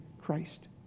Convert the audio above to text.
Christ